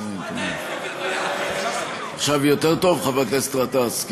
אפשר לשמוע, עכשיו יותר טוב, חבר הכנסת גטאס?